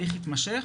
התהליך המתמשך.